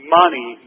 money